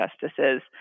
justices